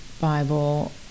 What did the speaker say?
Bible